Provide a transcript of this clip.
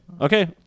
okay